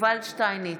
יובל שטייניץ,